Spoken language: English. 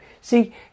See